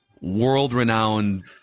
world-renowned